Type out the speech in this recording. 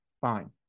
fine